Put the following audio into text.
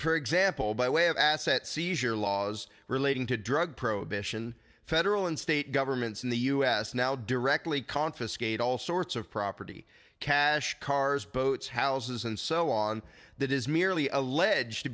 for example by way of asset seizure laws relating to drug prohibition federal and state governments in the us now directly confiscate all sorts of property cash cars boats houses and so on that is merely alleged to